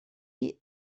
gwir